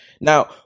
Now